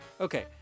Okay